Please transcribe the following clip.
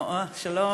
שלום,